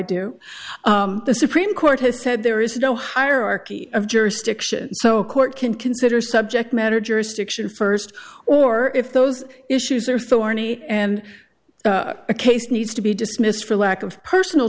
supreme court has said there is no hierarchy of jurisdiction so a court can consider subject matter jurisdiction first or if those issues are thorny and a case needs to be dismissed for lack of personal